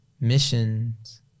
missions